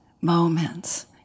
moments